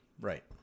Right